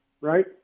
right